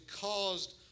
caused